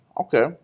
Okay